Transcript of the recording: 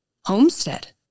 homestead